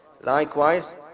Likewise